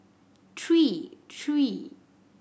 three three